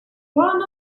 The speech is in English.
one